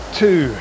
two